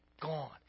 gone